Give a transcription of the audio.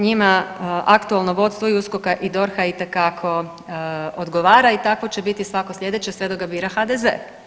Njima aktualno vodstvo i USKOK-a i DORH-a itekako odgovora i tako će biti svako sljedeće sve dok ga bira HDZ.